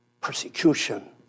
Persecution